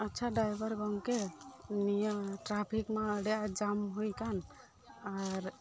ᱟᱪᱪᱷᱟ ᱰᱨᱟᱭᱵᱟᱨ ᱜᱚᱝᱠᱮ ᱱᱤᱭᱟᱹ ᱴᱨᱟᱯᱷᱤᱠ ᱢᱟ ᱱᱚᱰᱮ ᱡᱟᱢ ᱦᱩᱭ ᱟᱠᱟᱱ ᱟᱨ